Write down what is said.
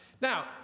Now